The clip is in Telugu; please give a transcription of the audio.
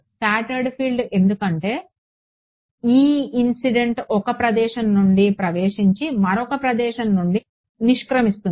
స్కాటర్ ఫీల్డ్ ఎందుకంటే ఒక ప్రదేశం నుండి ప్రవేశించి మరొక ప్రదేశం నుండి నిష్క్రమిస్తుంది